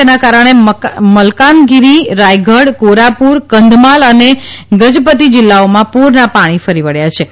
તેના કારણે મલકાનગીરી રાયગઢ કોરાપૂર કંધમાલ અને ગજપતજિલિલાઓમાંપૂરનાં પાણી ફરી વળ્યાંછે